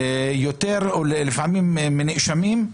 יותר לפעמים מהנאשמים,